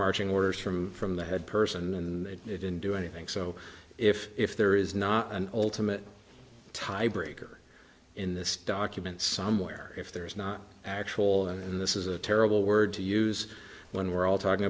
marching orders from from the head person and it didn't do anything so if if there is not an ultimate tiebreaker in this document somewhere if there is not actual and this is a terrible word to use when we're all talking